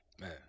Man